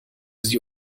sie